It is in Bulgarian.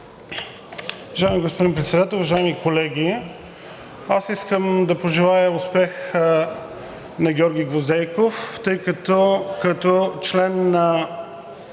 Уважаеми господин Председател, уважаеми колеги! Искам да пожелая успех на Георги Гвоздейков, защото като член на